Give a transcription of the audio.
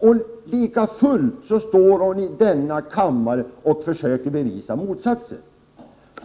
men lika fullt står hon i denna kammare och försöker bevisa motsatsen.